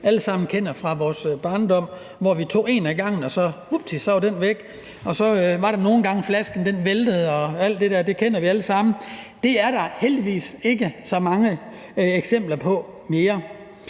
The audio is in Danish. alle sammen kender fra vores barndom, hvor vi tog en ad gangen, og vupti, så var den væk. Så var der nogle gange, hvor flasken væltede og alt det der – det kender vi alle sammen. Det er der heldigvis ikke så mange eksempler på mere.